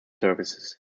services